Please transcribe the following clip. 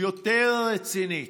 יותר רצינית,